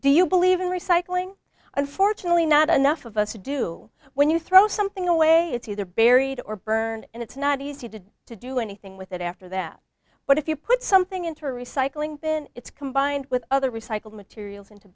do you believe in recycling unfortunately not enough of us to do when you throw something away it's either buried or burned and it's not easy to do to do anything with it after that but if you put something into a recycling bin it's combined with other recycled materials into